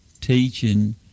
teaching